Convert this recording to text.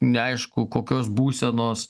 neaišku kokios būsenos